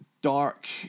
dark